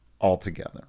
altogether